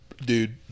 Dude